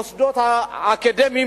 המוסדות האקדמיים,